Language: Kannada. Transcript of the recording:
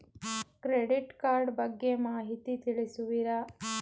ಕ್ರೆಡಿಟ್ ಕಾರ್ಡ್ ಬಗ್ಗೆ ಮಾಹಿತಿ ತಿಳಿಸುವಿರಾ?